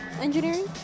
engineering